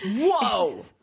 Whoa